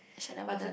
shit never done